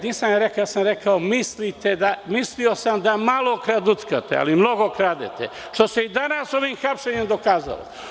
Nisam rekao, rekao sam mislio sam da malo kraduckate, ali mnogo kradete, što se i danas ovim hapšenjem dokazalo.